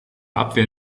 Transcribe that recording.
abwehr